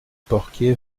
porquier